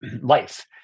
life